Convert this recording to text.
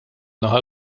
naħa